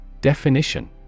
Definition